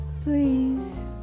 please